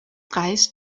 preis